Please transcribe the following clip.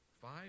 five